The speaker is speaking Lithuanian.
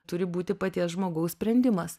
turi būti paties žmogaus sprendimas